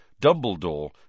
Dumbledore